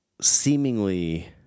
seemingly